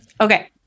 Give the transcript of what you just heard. Okay